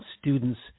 students